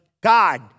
God